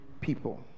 people